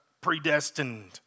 predestined